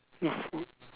not food